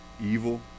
evil